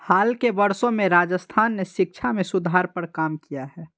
हाल के वर्षों में राजस्थान ने शिक्षा में सुधार पर काम किया है